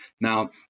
Now